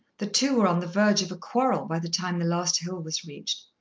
the two were on the verge of a quarrel by the time the last hill was reached.